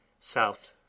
south